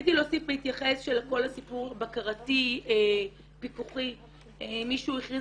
רציתי להוסיף בהתייחס לכל הסיפור של הבקרה והפיקוח מישהו הכריז